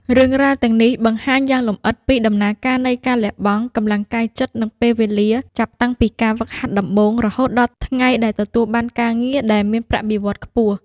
រឿងរ៉ាវទាំងនេះបង្ហាញយ៉ាងលម្អិតពីដំណើរការនៃការលះបង់ កម្លាំងកាយចិត្ត និងពេលវេលា ចាប់តាំងពីការហ្វឹកហាត់ដំបូង រហូតដល់ថ្ងៃដែលទទួលបានការងារដែលមានប្រាក់បៀវត្សរ៍ខ្ពស់។